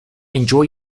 enjoy